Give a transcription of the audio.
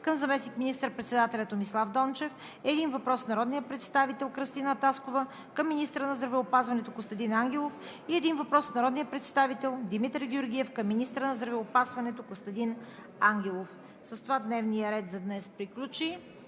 към заместник министър-председателя Томислав Дончев; - един въпрос от народния представител Кръстина Таскова към министъра на здравеопазването Костадин Ангелов; - един въпрос от народния представител Димитър Георгиев към министъра на здравеопазването Костадин Ангелов. С това дневният ред за днес приключи.